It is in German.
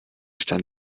stand